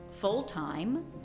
full-time